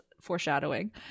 foreshadowing